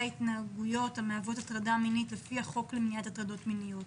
ההתנהגויות המהוות הטרדה מינית לפי החוק למניעת הטרדות מיניות.